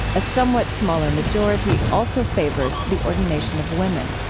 a somewhat smaller majority also favors the ordination of women